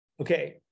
Okay